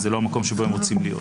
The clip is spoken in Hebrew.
וזה לא המקום שבו הם רוצים להיות.